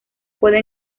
puede